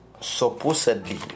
supposedly